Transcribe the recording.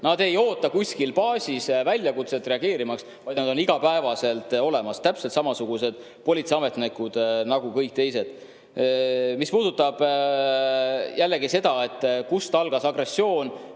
Nad ei oota kuskil baasis väljakutset reageerimaks, vaid nad on iga päev olemas. Nad on täpselt samasugused politseiametnikud nagu kõik teised. Mis puudutab jällegi seda, kust algas agressioon